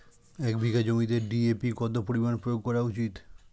এক বিঘে জমিতে ডি.এ.পি কত পরিমাণ প্রয়োগ করা উচিৎ?